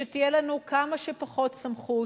שתהיה לנו כמה שפחות סמכות,